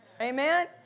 Amen